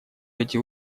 эти